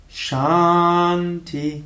shanti